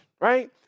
right